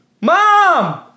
Mom